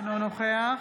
אינו נוכח